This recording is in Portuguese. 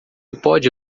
pode